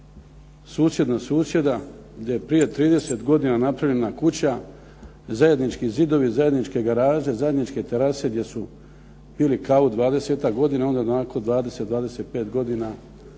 susjed na susjeda, gdje je prije 30 godina napravljena kuća, zajednički zidove, zajedničke garaže, zajedničke terase gdje su pili kavu 20-ak godina, onda nakon 20, 25 godina